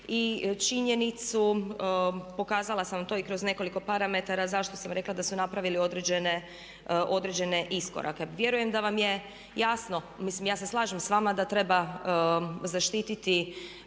i činjenicu pokazala sam vam to i kroz nekoliko parametara. Zašto sam rekla da su napravili određene iskorake? Vjerujem da vam je jasno, mislim ja se slažem sa vama da treba zaštititi